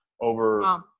Over